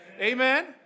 Amen